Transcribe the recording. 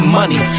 money